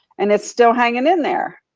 and it's still hanging in there.